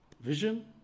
Vision